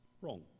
wrong